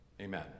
Amen